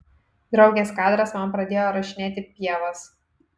draugės kadras man pradėjo rašinėti pievas